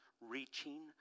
reaching